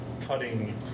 cutting